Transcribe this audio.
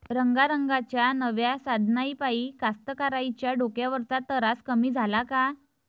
रंगारंगाच्या नव्या साधनाइपाई कास्तकाराइच्या डोक्यावरचा तरास कमी झाला का?